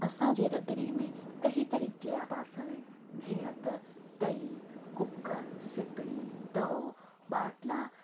असां जे रंधिणे में कईं तरीक़े जा ॿासणु आहिनि जीअं त तई कुकर सिपरी तओ ॿाटला